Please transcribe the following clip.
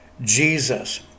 Jesus